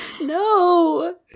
no